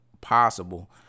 possible